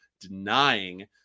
denying